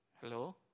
hello